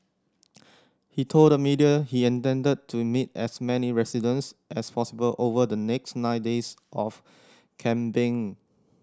he told the media he intended to meet as many residents as possible over the next nine days of campaigning